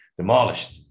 demolished